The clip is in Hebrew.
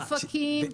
באופקים,